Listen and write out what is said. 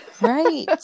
Right